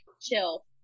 chill